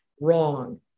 wrong